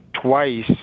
twice